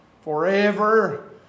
Forever